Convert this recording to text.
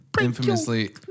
infamously